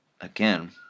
Again